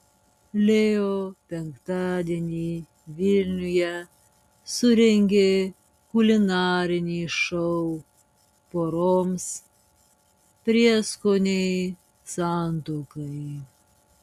leo penktadienį vilniuje surengė kulinarinį šou poroms prieskoniai santuokai